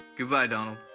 goodbye, donald.